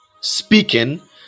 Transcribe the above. speaking